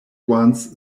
ones